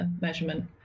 measurement